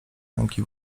ręki